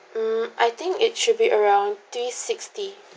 mm I think it should be around three sixty